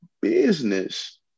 business